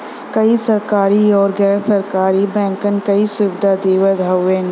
कई सरकरी आउर गैर सरकारी बैंकन कई सुविधा देवत हउवन